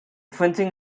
printing